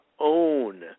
own